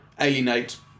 alienate